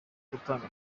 gutanga